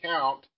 count